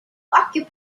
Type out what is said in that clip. occupy